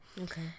Okay